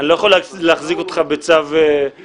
עדיין, אני לא יכול להחזיק אותך בצו כלשהו.